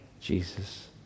Jesus